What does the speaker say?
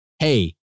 hey